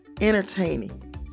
entertaining